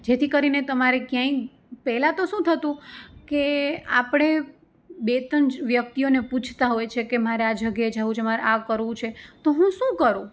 જેથી કરીને તમારે ક્યાંય પહેલાં તો શું થતું કે આપણે બે ત્રણ વ્યક્તિઓને પૂછતાં હોય છે કે મારે આ જગ્યાએ જવું છે મારે આ કરવું છે તો હું શું કરું